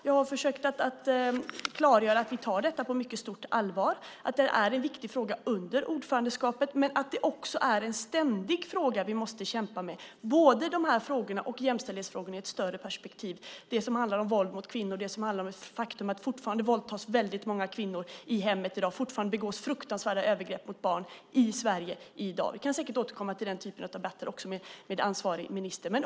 Jag har försökt klargöra att vi tar detta på mycket stort allvar, att detta är en viktig fråga under ordförandeskapet men att dessa frågor och jämställdhetsfrågorna i ett större perspektiv är frågor vi ständigt måste kämpa med. Det handlar om våld mot kvinnor och det faktum att många kvinnor våldtas i sina hem och att det begås fruktansvärda övergrepp mot barn i Sverige i dag. Vi kan säkert återkomma till den typen av debatter med ansvarig minister.